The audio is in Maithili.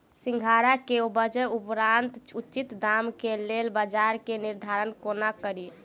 सिंघाड़ा केँ उपजक उपरांत उचित दाम केँ लेल बजार केँ निर्धारण कोना कड़ी?